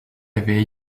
avait